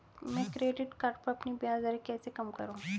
मैं credit card पर अपनी ब्याज दरें कैसे कम करूँ?